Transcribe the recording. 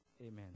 amen